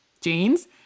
jeans